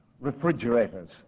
refrigerators